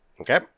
Okay